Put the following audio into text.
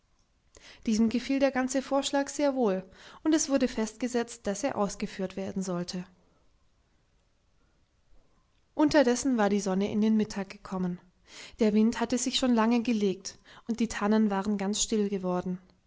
diesem gefiel der ganze vorschlag sehr wohl und es wurde festgesetzt daß er ausgeführt werden sollte unterdessen war die sonne in den mittag gekommen der wind hatte sich schon lange gelegt und die tannen waren ganz still geworden